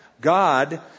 God